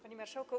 Panie Marszałku!